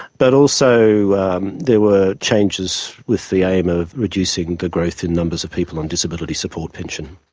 but also there were changes with the aim of reducing the growth in numbers of people on disability support pension.